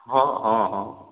ହଁ ହଁ ହଁ